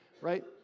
right